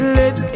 let